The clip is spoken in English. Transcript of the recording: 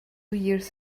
years